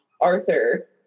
Arthur